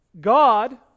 God